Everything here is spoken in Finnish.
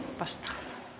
vastaa